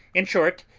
in short,